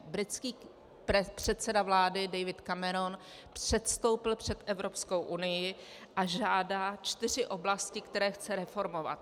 Britský předseda vlády David Cameron předstoupil před Evropskou unii a žádá čtyři oblasti, které chce reformovat.